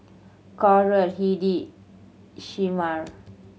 Coral Hedy Shemar